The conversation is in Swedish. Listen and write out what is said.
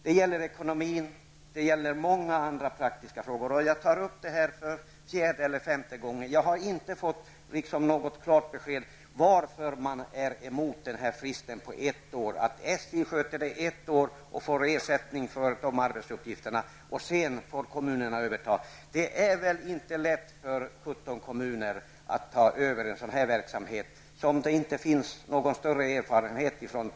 Det gäller ekonomin och många praktiska frågor. Jag tar upp det här för fjärde eller femte gången, eftersom jag inte har fått något klart besked om varför man motsätter sig en frist på ett år, dvs. att SJ sköter det hela ett år och får ersättning för arbetsuppgifterna. Därefter skulle kommunerna få ta över. Det är väl inte lätt för 17 kommuner att ta över den här verksamheten som det inte finns någon erfarenhet av.